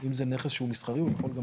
אם זה נכס שהוא מסחרי הוא יכול.